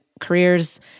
careers